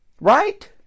Right